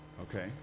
Okay